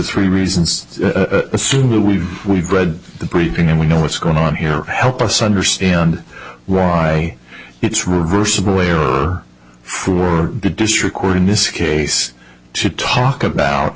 three reasons assume that we've we've read the briefing and we know what's going on here help us understand why it's reversible way for the district court in this case to talk about